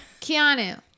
Keanu